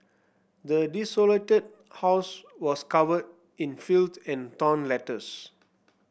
the desolated house was covered in filth and torn letters